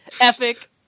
Epic